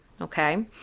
okay